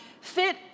fit